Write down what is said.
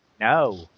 No